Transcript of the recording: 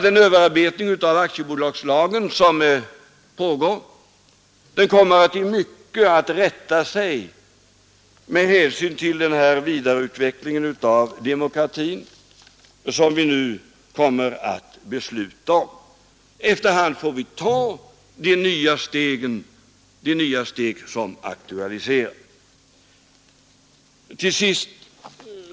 Den överarbetning av aktiebolagslagen som pågår kommer i mycket att rätta sig efter den vidareutveckling av demokratin som vi nu kommer att besluta om. Efter hand får vi ta de nya steg som aktualiseras.